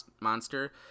Monster